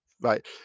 right